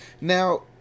Now